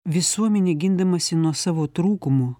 visuomenė gindamasi nuo savo trūkumų